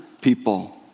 people